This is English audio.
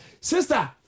Sister